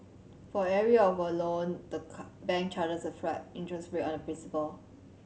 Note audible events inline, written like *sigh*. for every year of a loan the *unintelligible* bank charges a flat interest rate on the principal